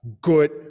good